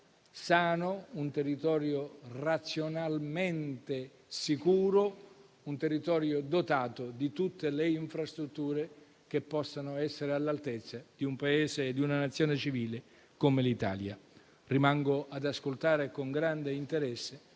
figli un territorio sano, razionalmente sicuro e dotato di tutte quelle infrastrutture che possano essere all'altezza di un Paese e di una Nazione civile come l'Italia. Rimango ad ascoltare con grande interesse